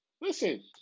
Listen